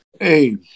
Hey